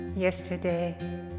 Yesterday